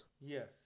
Yes